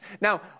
Now